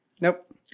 Nope